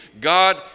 God